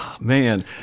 Man